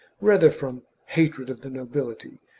rather from hatred of the nobility,